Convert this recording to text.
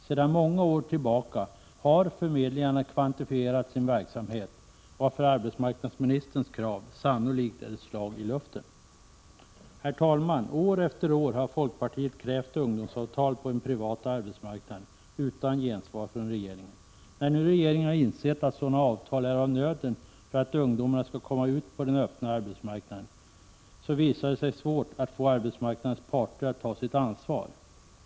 Sedan många år tillbaka har förmedlingarna kvantifierat sin verksamhet, varför arbetsmarknadsministerns krav sannolikt är ett slag i luften. Herr talman! År efter år har folkpartiet krävt ungdomsavtal på den privata arbetsmarknaden, utan gensvar från regeringen. När nu regeringen har insett att sådana avtal är av nöden för att ungdomarna skall komma ut på den öppna arbetsmarknaden, visar det sig svårt att få arbetsmarknadens parter att ta sitt ansvar.